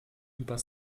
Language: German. über